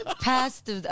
passed